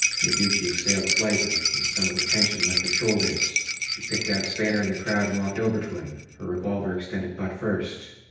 noguchi exhaled slightly, and some of the tension left her shoulders. she picked out spanner in the crowd and walked over to him, her revolver extended butt first.